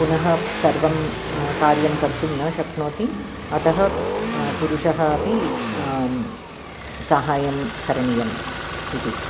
पुनः सर्वं कार्यं कर्तुं न शक्नोति अतः पुरुषः अपि सहाय्यं करणीयम् इति